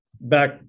back